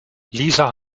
lisa